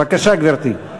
בבקשה, גברתי.